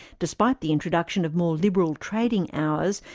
despite the introduction of more liberal trading hours,